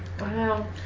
Wow